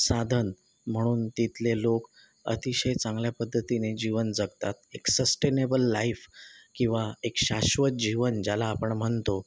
साधन म्हणून तिथले लोक अतिशय चांगल्या पद्धतीने जीवन जगतात एक सस्टेनेबल लाईफ किंवा एक शाश्वत जीवन ज्याला आपण म्हणतो